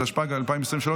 התשפ"ג 2023,